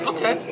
Okay